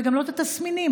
וגם לא מהם התסמינים.